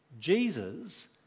Jesus